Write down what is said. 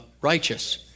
righteous